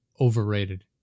overrated